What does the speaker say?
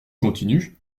continues